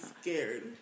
scared